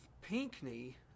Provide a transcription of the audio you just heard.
pinckney